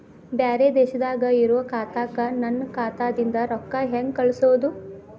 ಬ್ಯಾರೆ ದೇಶದಾಗ ಇರೋ ಖಾತಾಕ್ಕ ನನ್ನ ಖಾತಾದಿಂದ ರೊಕ್ಕ ಹೆಂಗ್ ಕಳಸೋದು?